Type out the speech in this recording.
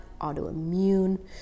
autoimmune